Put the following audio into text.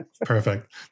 Perfect